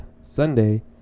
Sunday